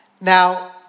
Now